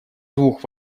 двух